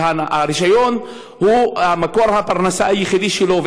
אז הרישיון הוא מקור הפרנסה שלו,